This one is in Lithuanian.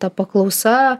ta paklausa